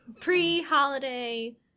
pre-holiday